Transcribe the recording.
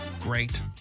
great